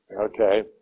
Okay